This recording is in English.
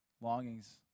longings